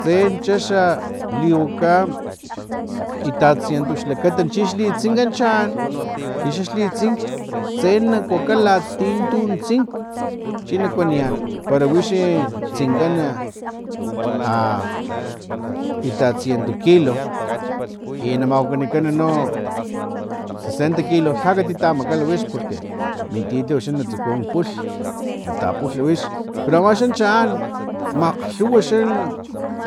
tsen chaxa liwaka itatsiento xlakata chix li tinkan chaan chixa xli tsink tse na kuka latin tun tsink chinakuaniyan para wixi tsinkana a itatsiento kilo i na mawakanikani no sesenta kilo lha katitamakala wix porque mintietliw na tsuku pulh nata pulhi wix pero amaxan chaan makglhuwa xa